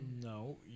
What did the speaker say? no